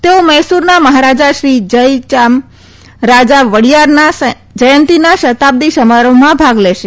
તેઓ મૈસુરના મહારાજા શ્રી જથયામરાજ વડીયારના જયંતિના શતાબ્દિ સમારોહમાં ભાગ લેશે